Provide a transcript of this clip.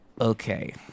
Okay